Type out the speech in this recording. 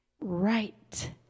right